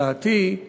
דעתי היא